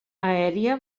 aèria